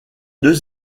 deux